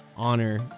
honor